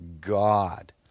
God